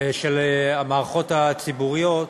של המערכות הציבוריות,